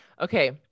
Okay